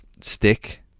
stick